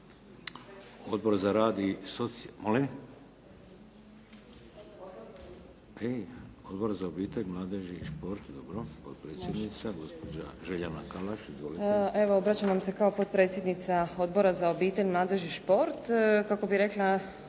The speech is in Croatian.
Odbor za obitelj, mladež i šport?